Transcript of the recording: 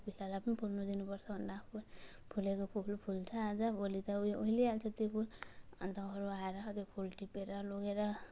कोपिलालाई पनि फुल्न दिनुपर्छ भनेर आफू फुलेको कोपिलो फुल्छ आज भोलि त उयो ओइलाइहाल्छ त्यो फुल अन्त अरू आएर त्यो फुल टिपेर लगेर